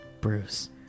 Bruce